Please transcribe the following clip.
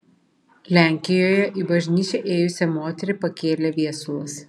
lenkijoje į bažnyčią ėjusią moterį pakėlė viesulas